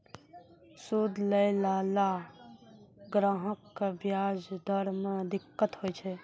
सूद लैय लाला ग्राहक क व्याज दर म दिक्कत होय छै